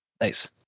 Nice